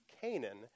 Canaan